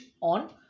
on